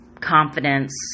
confidence